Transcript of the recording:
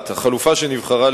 חבר הכנסת גדעון